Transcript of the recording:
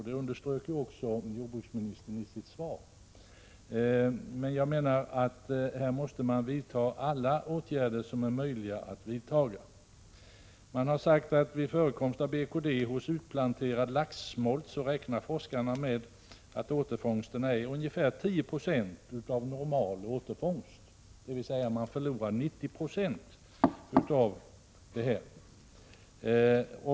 Det underströk också jordbruksministern i sitt svar. Alla tänkbara åtgärder måste således vidtas. Vid förekomst av BKD hos utplanterad laxsmolt räknar forskarna med återfångster om ca 10 Jo av den normala återfångsten, dvs. man förlorar 90 90.